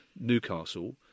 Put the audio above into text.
Newcastle